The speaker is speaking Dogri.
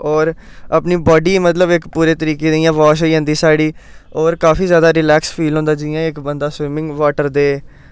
होर अपनी बॉडी मतलब इक पूरे तरीके दी इ'यां वाश होई जंदी होर काफी ज्यादा रलैक्स फील होंदा जियां बंदा इक स्विमिंग वाटर दे